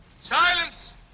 Silence